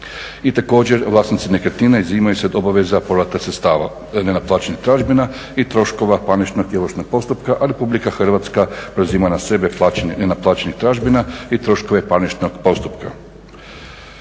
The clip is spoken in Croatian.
i također vlasnici nekretnine izuzimaju se od obaveza povrata sredstava nenaplaćenih tražbina i troškova parničnog i ovršnog postupka, a RH preuzima na sebe plaćanje nenaplaćenih tražbina i troškove parničnog postupka.